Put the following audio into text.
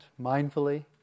mindfully